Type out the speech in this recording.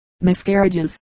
miscarriages